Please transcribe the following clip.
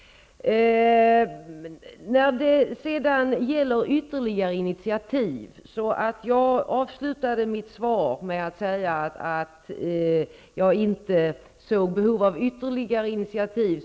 Jag avslutade mitt interpellationssvar med att säga att jag inte såg behov av ytterligare initiativ.